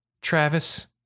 Travis